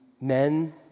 men